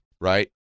right